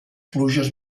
pluges